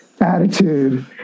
Attitude